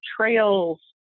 trails